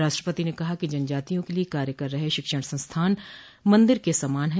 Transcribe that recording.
राष्ट्रपति ने कहा कि जनजातियों के लिए कार्य कर रहे शिक्षण संस्थान मंदिर के समान है